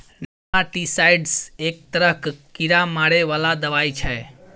nematicides एक तरहक कीड़ा मारै बला दबाई छै